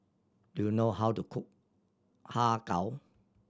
do you know how to cook Har Kow